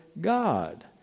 God